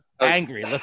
angry